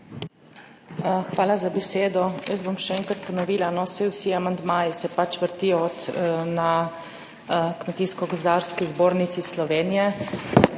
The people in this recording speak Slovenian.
Hvala za besedo. Jaz bom še enkrat ponovila, no, saj vsi amandmaji se pač vrtijo na Kmetijsko-gozdarski zbornici Slovenije,